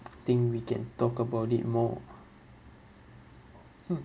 think we can talk about it more !huh!